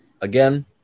again